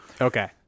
Okay